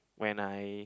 when I